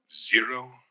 Zero